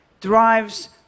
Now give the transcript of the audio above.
drives